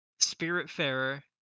Spiritfarer